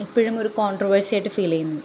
എപ്പോഴും ഒരു കോൺട്രവേഴ്സിയായിട്ട് ഫീൽ ചെയ്യുന്നു